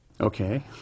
Okay